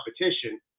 competition